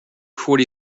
forty